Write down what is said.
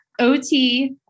OT